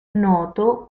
noto